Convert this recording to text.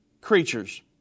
creatures